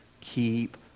Keep